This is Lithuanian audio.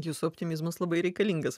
jūsų optimizmas labai reikalingas